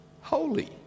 holy